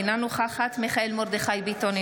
אינה נוכחת מיכאל מרדכי ביטון,